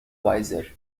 wiser